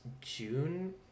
june